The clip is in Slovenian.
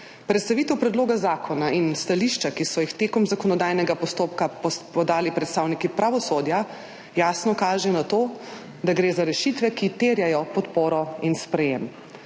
Predstavitev predloga zakona in stališča, ki so jih tekom zakonodajnega postopka podali predstavniki pravosodja, jasno kažejo na to, da gre za rešitve, ki terjajo podporo in sprejetje,